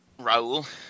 Raul